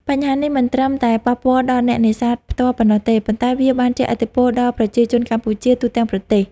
បញ្ហានេះមិនត្រឹមតែប៉ះពាល់ដល់អ្នកនេសាទផ្ទាល់ប៉ុណ្ណោះទេ ប៉ុន្តែវាបានជះឥទ្ធិពលដល់ប្រជាជនកម្ពុជាទូទាំងប្រទេស។